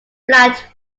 flat